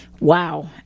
Wow